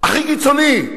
הכי קיצוני.